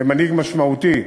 ומנהיג משמעותי,